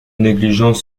négligence